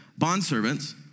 Bondservants